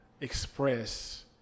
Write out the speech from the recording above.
express